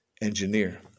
engineer